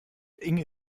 inge